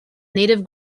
native